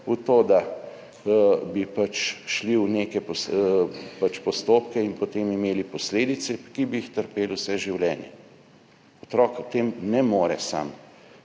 v to, da bi šli v neke postopke in potem imeli posledice, ki bi jih trpeli vse življenje. Otrok o tem ne more sam